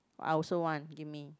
I also want give me